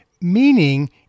meaning